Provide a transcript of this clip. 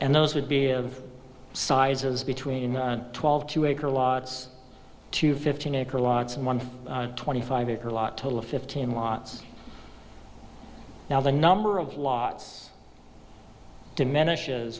and those would be of sizes between twelve two acre lots to fifteen acre lots and one twenty five acre lot total of fifteen lots now the number of plots diminishes